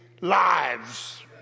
lives